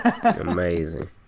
Amazing